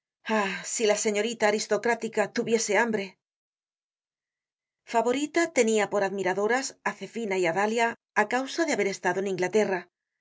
si la señorita aristocrática tuviese hambre favorita tenia por admiradoras á zefina y á dalia á causa de haber estado en inglaterra